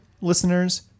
listeners